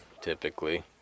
Typically